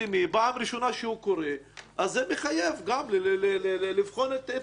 פעם ראשונה שהוא קורה זה מחייב לבחון את הנושא